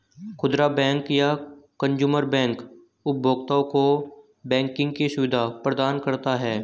खुदरा बैंक या consumer bank उपभोक्ताओं को बैंकिंग की सुविधा प्रदान करता है